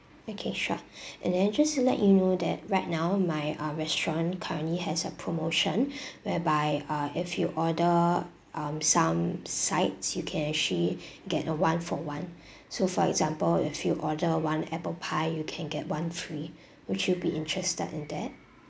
okay sure and then just to let you know that right now my uh restaurant currently has a promotion whereby uh if you order um some sides you can actually get a one-for-one so for example if you order one apple pie you can get one free would you be interested in that